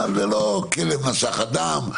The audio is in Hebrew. כי זה לא כלב נשך אדם,